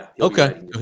Okay